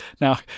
Now